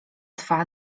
twa